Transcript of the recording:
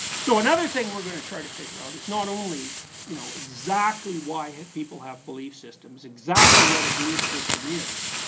so another thing we're gonna try to figure out is not only you know exactly why people have belief systems, exactly what a belief system is,